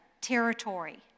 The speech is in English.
territory